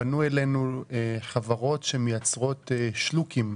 פנו אלינו חברות שמייצרות "שלוקים",